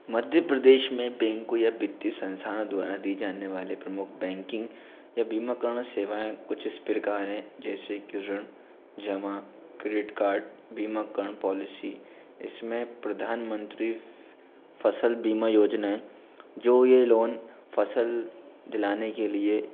मध्य प्रदेश में बैंको या वित्तीय संस्थाओं द्वारा दी जाने वाले प्रमुख बैंकिंग या बीमाकरण सेवाएँ कुछ इस प्रकार हैं जैसे की ऋण जमा क्रेडिट कार्ड बीमाकरण पॉलिसी इसमें प्रधानमंत्री फसल बीमा योजनाएँ जो ये लोन फसल दिलाने के लिए